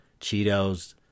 cheetos